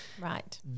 Right